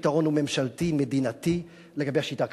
שהפתרון הוא ממשלתי-מדינתי לגבי השיטה הכלכלית.